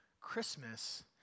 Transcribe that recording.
Christmas